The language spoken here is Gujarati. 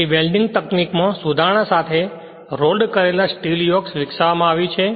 તેથી વેલ્ડીંગ તકનીકમાં સુધારણા સાથે રોલ્ડ કરેલા સ્ટીલ યોક્સ વિકસાવવામાં આવ્યું છે